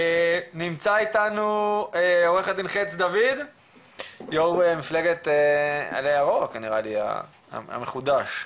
נמצא איתנו עו"ד חץ דוד יו"ר מפלגת עלה ירוק המחודש.